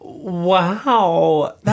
Wow